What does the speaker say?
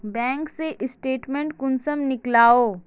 Bank के statement कुंसम नीकलावो?